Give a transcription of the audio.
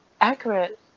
accurate